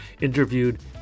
interviewed